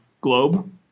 globe